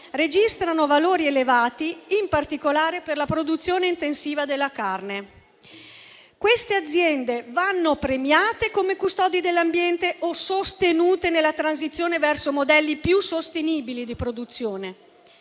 registrano valori elevati in particolare per la produzione intensiva della carne. Queste aziende vanno premiate come custodi dell'ambiente o sostenute nella transizione verso modelli più sostenibili di produzione?